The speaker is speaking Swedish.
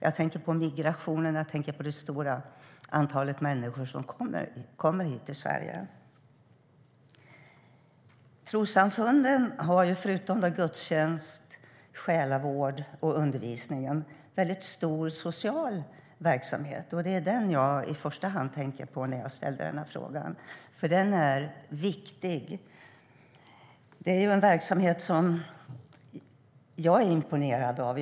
Jag tänker på migrationen och det stora antalet människor som kommer hit till Sverige. Trossamfunden har förutom gudstjänster, själavård och undervisning en stor social verksamhet. Det var den jag i första hand tänkte på när jag ställde min fråga. Den är viktig. Jag imponeras av denna verksamhet.